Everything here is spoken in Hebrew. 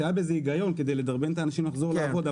שהיה בזה היגיון כדי לדרבן את האנשים לחזור לעבוד,